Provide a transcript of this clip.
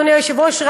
אדוני היושב-ראש,